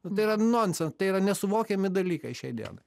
tai yra nonsen tai yra nesuvokiami dalykai šiai dienai